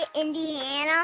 Indiana